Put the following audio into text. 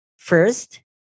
First